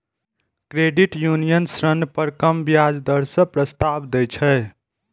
credit union ऋण पर कम ब्याज दर के प्रस्ताव दै छै